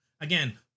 Again